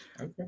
Okay